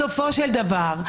בסופו של דבר,